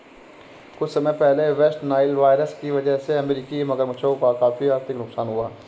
कुछ समय पहले वेस्ट नाइल वायरस की वजह से अमेरिकी मगरमच्छों का काफी आर्थिक नुकसान हुआ